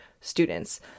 students